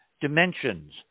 dimensions